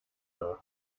nach